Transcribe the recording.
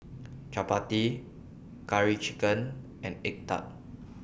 Chappati Curry Chicken and Egg Tart